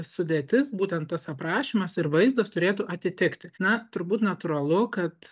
sudėtis būtent tas aprašymas ir vaizdas turėtų atitikti na turbūt natūralu kad